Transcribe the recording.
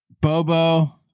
Bobo